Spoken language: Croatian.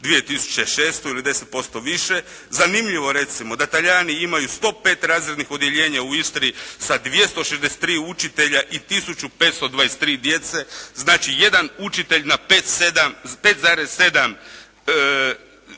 2006. ili 10% više. Zanimljivo recimo da Talijani imaju 105 razrednih odjeljenja u Istri sa 263 učitelja i tisuću 523 djece. Znači učitelj na 5,7